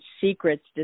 secrets